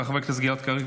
חבר הכנסת גלעד קריב,